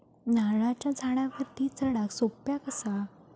नारळाच्या झाडावरती चडाक सोप्या कसा?